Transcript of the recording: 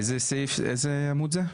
איזה עמוד זה?